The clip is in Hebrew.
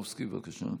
אז אני שואל